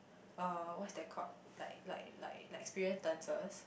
uh what's that called like like like like experienced dancers